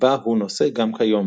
בה הוא נושא גם כיום.